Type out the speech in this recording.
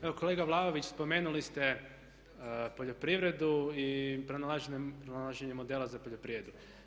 Evo kolega Vlaović spomenuli ste poljoprivredu i pronalaženje modela za poljoprivredu.